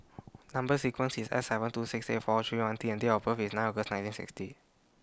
Number sequence IS S seven two six eight four three one T and Date of birth IS nine August nineteen sixty